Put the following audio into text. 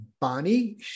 Bonnie